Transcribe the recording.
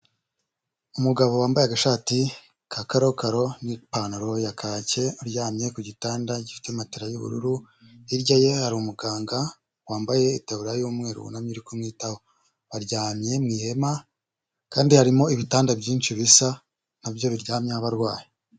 Umugabo wambaye agashati ka karokaro n'ipantaro ya kake aryamye ku gitanda gifite matera y'ubururu, hirya ye hari umuganga wambaye itaburiya y'umweru wunamye iri kumwitaho, aryamye mu ihema kandi harimo ibitanda byinshi bisa nabyo biryamyeho abarwaye.